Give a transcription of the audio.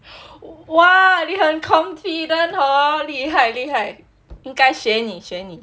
!wah! you 很 confident hor 厉害厉害应该学你学你